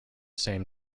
same